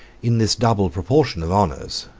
in this double proportion of honors,